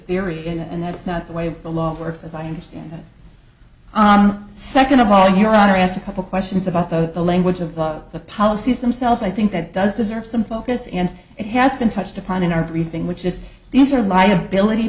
theory and that's not the way the law works as i understand it second of all your honor asked a couple questions about the language of the policies themselves i think that does deserve some focus and it has been touched upon in our briefing which is these are liability